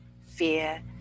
fear